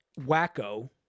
wacko